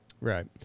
Right